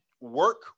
work